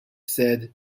said